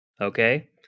Okay